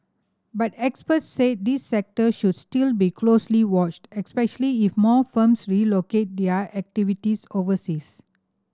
but experts said this sector should still be closely watched especially if more firms relocate their activities overseas